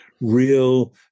real